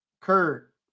Kurt